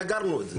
סגרנו את החנפנות.